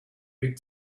big